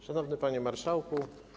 Szanowny Panie Marszałku!